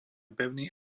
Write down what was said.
pevný